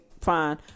fine